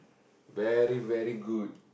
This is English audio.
very very good